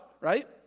right